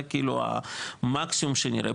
זה כאילו המקסימום שנראה,